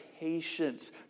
Patience